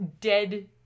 dead